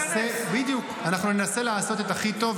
באף מתווה דומה לזה את שר העבודה,